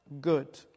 good